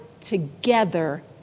together